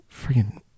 Freaking